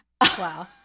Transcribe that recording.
Wow